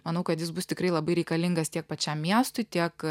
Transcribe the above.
manau kad jis bus tikrai labai reikalingas tiek pačiam miestui tiek